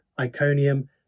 Iconium